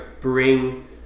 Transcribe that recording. bring